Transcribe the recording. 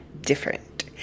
different